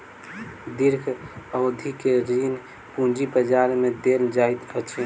दीर्घ अवधि के ऋण पूंजी बजार में देल जाइत अछि